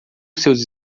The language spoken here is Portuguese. seus